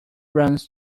runs